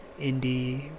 indie